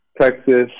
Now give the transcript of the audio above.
Texas